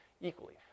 equally